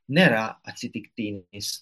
nėra atsitiktinis